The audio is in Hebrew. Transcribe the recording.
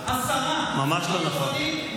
השרה מפריעה לי,